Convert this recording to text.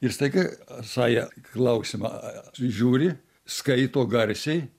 ir staiga saja klausimą žiūri skaito garsiai